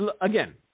again